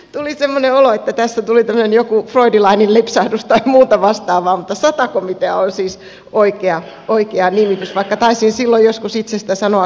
tuli semmoinen olo että tässä tuli joku freudilainen lipsahdus tai muuta vastaavaa mutta sata komitea on siis oikea nimitys vaikka taisin silloin joskus itse sitä sanoa salakomiteaksi